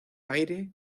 aire